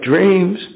dreams